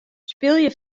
spylje